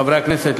חברי הכנסת,